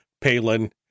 Palin